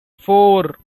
four